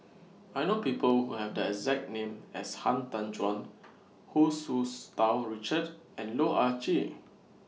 I know People Who Have The exact name as Han Tan Juan Hu Tsu's Tau Richard and Loh Ah Chee